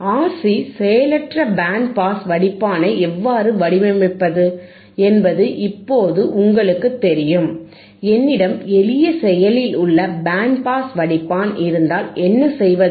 RC செயலற்ற band pass வடிப்பானை எவ்வாறு வடிவமைப்பது என்பது இப்போது உங்களுக்குத் தெரியும் என்னிடம் எளிய செயலில் உள்ள பேண்ட் பாஸ் வடிப்பான் இருந்தால் என்ன செய்வது